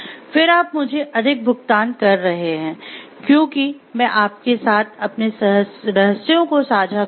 फिर आप मुझे अधिक भुगतान कर रहे हैं क्योंकि मैं आपके साथ अपने रहस्यों को साझा करूँगा